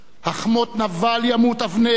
הכמות נבל ימות אבנר?